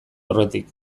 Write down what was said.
aurretik